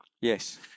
Yes